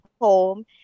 home